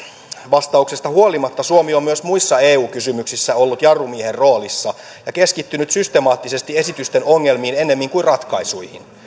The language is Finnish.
vastauksesta huolimatta suomi on myös muissa eu kysymyksissä ollut jarrumiehen roolissa ja keskittynyt systemaattisesti esitysten ongelmiin ennemmin kuin ratkaisuihin